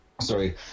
Sorry